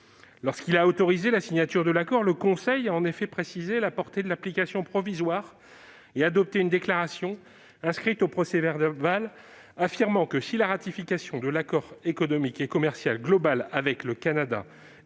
Lorsqu'il a autorisé la signature de l'accord, le Conseil a en effet précisé la portée de l'application provisoire et adopté une déclaration, inscrite au procès-verbal, affirmant que, si la ratification de l'accord économique et commercial global avec le Canada